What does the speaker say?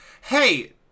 Hey